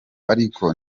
ariko